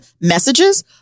messages